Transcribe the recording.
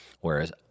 Whereas